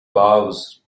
bows